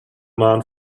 man